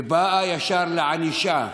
ובאה ישר לענישה.